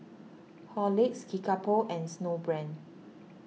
Horlicks Kickapoo and Snowbrand